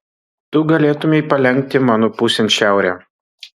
tu galėtumei palenkti mano pusėn šiaurę